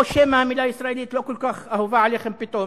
או שמא המלה "ישראלית" לא כל כך אהובה עליכם פתאום.